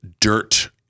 dirt